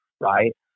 right